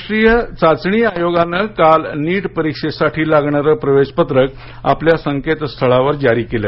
राष्ट्रीय चाचणी आयोगाने काल नीट परीक्षेसाठी लागणारं प्रवेश पत्रक आपल्या संकेतस्थळावर जारी केलं